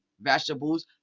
vegetables